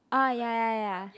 ah ya ya ya